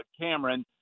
Cameron